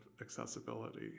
accessibility